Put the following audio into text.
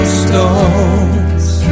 stones